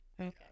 Okay